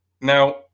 Now